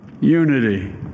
unity